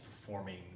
performing